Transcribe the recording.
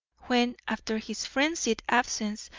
when, after his frenzied absence,